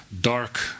dark